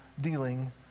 dealing